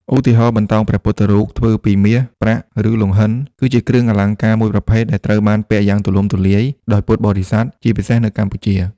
ឧទាហរណ៍ បន្តោងព្រះពុទ្ធរូប ធ្វើពីមាស ប្រាក់ ឬលង្ហិន គឺជាគ្រឿងអលង្ការមួយប្រភេទដែលត្រូវបានពាក់យ៉ាងទូលំទូលាយដោយពុទ្ធបរិស័ទ ជាពិសេសនៅកម្ពុជា។